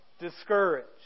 discouraged